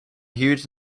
huge